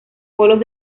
polos